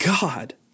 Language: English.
God